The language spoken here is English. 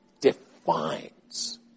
defines